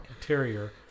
interior